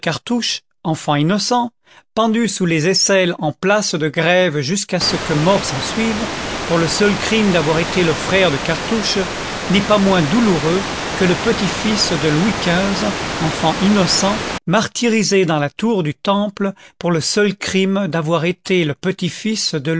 enfant innocent pendu sous les aisselles en place de grève jusqu'à ce que mort s'ensuive pour le seul crime d'avoir été le frère de cartouche n'est pas moins douloureux que le petit-fils de louis xv enfant innocent martyrisé dans la tour du temple pour le seul crime d'avoir été le petit-fils de